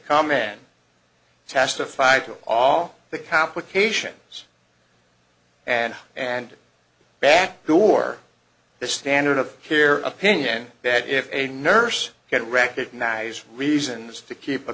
kamen testified to all the complications and and backdoor the standard of care opinion that if a nurse could recognize reasons to keep a